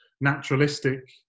naturalistic